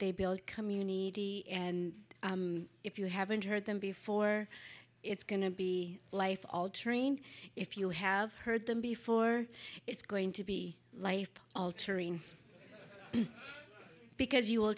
they build community and if you haven't heard them before it's going to be life altering if you have heard them before it's going to be life altering because you will